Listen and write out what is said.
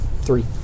Three